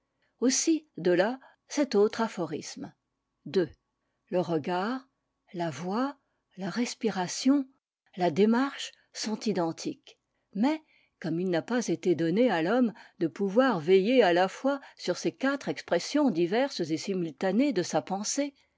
aussi de là cet autre aphorisme ii le regard la voix la respiration la démarche sont identiques mais comme il n'a pas été donné à l'homme de pouvoir veiller à la fois sur ces quatre expressions diverses et simultanées de sa pensée